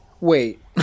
Wait